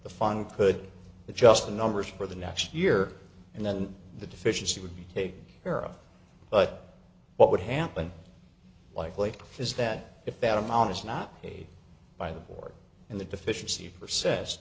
the fun could be just the numbers for the next year and then the deficiency would be taken care of but what would happen likely is that if that amount is not paid by the board and the deficiency for